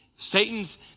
Satan's